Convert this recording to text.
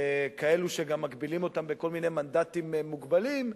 כאלה שגם מגבילים אותן בכל מיני מנדטים מוגבלים,